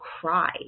cry